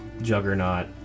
Juggernaut